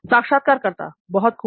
साक्षात्कारकर्ता बहुत खूब